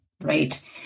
Right